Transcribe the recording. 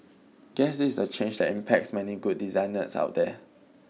guess this is a change that impacts many good designers out there